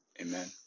Amen